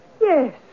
Yes